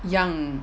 样